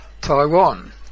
Taiwan